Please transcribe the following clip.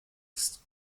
ist